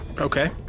okay